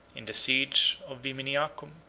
in the siege of viminiacum,